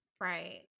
Right